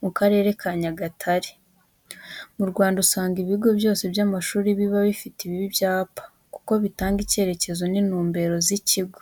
mu Karere ka Nyagatare. Mu Rwanda usanga ibigo byose by'amashuri biba bifite ibi byapa kuko biba bitanga icyerekezo n'intumbero z'ikigo.